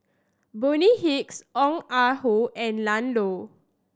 Bonny Hicks Ong Ah Hoi and Ian Loy